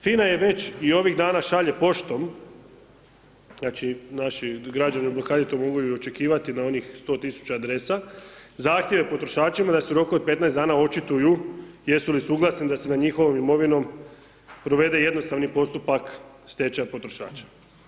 FINA je već i ovih dana šalje poštom, znači naši građani u blokadi to mogu i očekivati na onih 100.000 adresa, zahtjeve potrošačima da se u roku od 15 dana očituju jesu li suglasni da se nad njihovom imovinom provede jednostavni postupak stečaja potrošača.